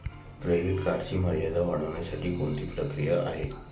Credit कार्डची मर्यादा वाढवण्यासाठी कोणती प्रक्रिया आहे?